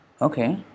Okay